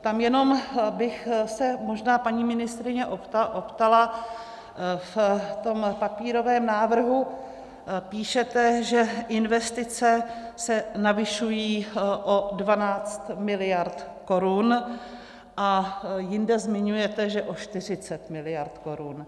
Tam jenom bych se možná paní ministryně optala: V tom papírovém návrhu píšete, že investice se navyšují o 12 mld. korun, a jinde zmiňujete, že o 40 mld. korun.